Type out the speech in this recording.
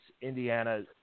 Indiana